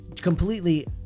completely